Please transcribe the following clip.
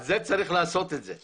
צריך לעשות את זה.